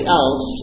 else